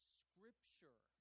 scripture